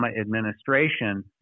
administration